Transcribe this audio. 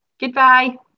Goodbye